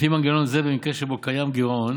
לפי מנגנון זה, במקרה שבו קיים גירעון